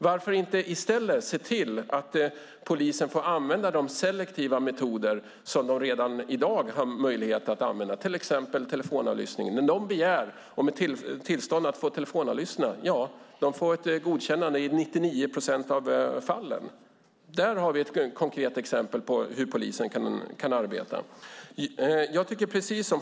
Varför inte i stället se till att polisen får använda de selektiva metoder som de redan i dag har möjlighet att använda, till exempel telefonavlyssning? När de begär tillstånd att få telefonavlyssna får de ett godkännande i 99 procent av fallen. Där har vi ett konkret exempel på hur polisen kan arbeta.